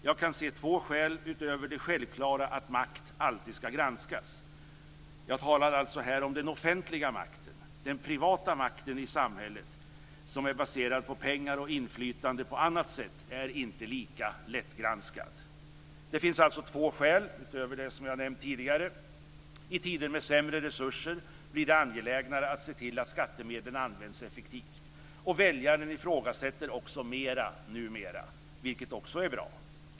Jag kan se två skäl, utöver det självklara att makt alltid ska granskas. Jag talar här alltså om den offentliga makten. Den privata makten i samhället, som är baserad på pengar och inflytande på annat sätt, är inte lika lättgranskad. Det finns alltså två skäl utöver dem som jag har nämnt tidigare: 1. I tider med sämre resurser blir det angelägnare att se till att skattemedlen används effektivt. Väljaren ifrågasätter också mera numera, vilket är bra. 2.